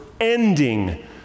ending